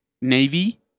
Navy